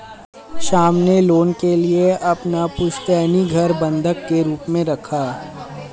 श्याम ने लोन के लिए अपना पुश्तैनी घर बंधक के रूप में रखा